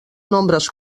nombres